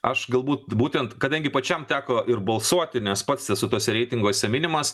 aš galbūt būtent kadangi pačiam teko ir balsuoti nes pats esu tuose reitinguose minimas